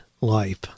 life